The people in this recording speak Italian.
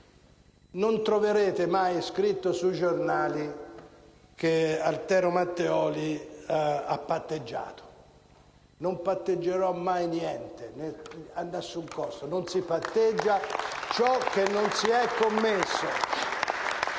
Non troverete mai scritto sui giornali che Altero Matteoli ha patteggiato: non patteggerò mai niente, a nessun costo. Non si patteggia ciò che non si è commesso.